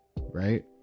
Right